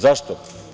Zašto?